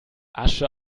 asche